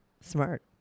smart